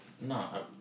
No